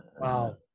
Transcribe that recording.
wow